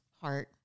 heart